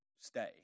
stay